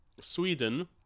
Sweden